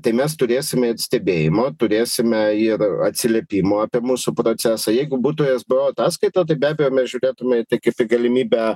tai mes turėsime stebėjimo turėsime ir atsiliepimų apie mūsų procesą jeigu būtų esbo ataskaita tai be abejo mes žiūrėtume į tai kaip į galimybę